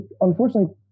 Unfortunately